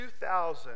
2000